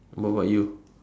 what about you